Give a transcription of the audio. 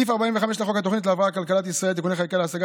סעיף 45 לחוק התוכנית להבראת כלכלת ישראל (תיקוני חקיקה להשגת